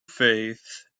faith